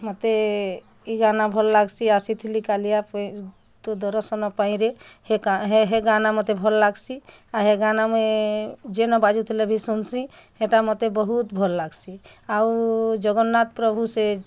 ମୋତେ ଇ ଗାନା ଭଲ୍ ଲାଗସି ଆସିଥିଲି କାଲିଆ ତୋର ଦରଶନ ପାଇଁରେ ହେ ଗା ହେ ହେ ଗାନା ମୋତେ ଭଲ୍ ଲାଗସି ଆର୍ ହେ ଗାନା ମୁଇଁ ଯେନ ବାଜୁଥିଲେ ବି ଶୁନସି ହେଟା ମୋତେ ବହୁତ୍ ଭଲ୍ ଲାଗସି ଆଉ ଜଗନ୍ନାଥ ପ୍ରଭୁ ସେ